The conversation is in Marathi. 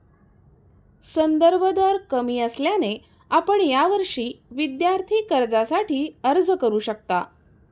संदर्भ दर कमी असल्याने आपण यावर्षी विद्यार्थी कर्जासाठी अर्ज करू शकता